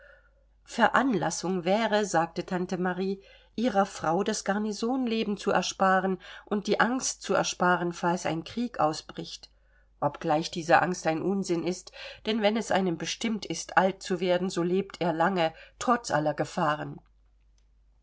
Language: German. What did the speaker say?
veranlassung wäre sagte tante marie ihrer frau das garnisonleben zu ersparen und die angst zu ersparen falls ein krieg ausbricht obgleich diese angst ein unsinn ist denn wenn es einem bestimmt ist alt zu werden so lebt er lange trotz aller gefahren